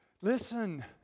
Listen